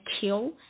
kill